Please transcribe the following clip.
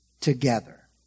together